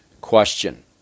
question